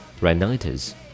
rhinitis